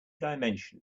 dimension